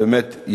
ובאמת,